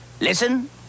Listen